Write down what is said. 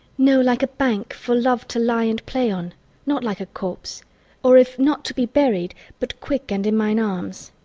no like a bank for love to lie and play on not like a corse or if not to be buried, but quick, and in mine arms.